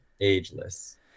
ageless